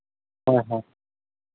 ᱦᱳᱭ ᱦᱮᱸ